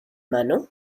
mano